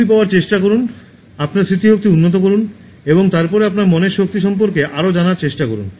এগুলি পাওয়ার চেষ্টা করুন আপনার স্মৃতিশক্তি উন্নত করুন এবং তারপরে আপনার মনের শক্তি সম্পর্কে আরও জানার চেষ্টা করুন